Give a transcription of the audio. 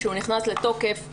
כשהוא נכנס לתוקף,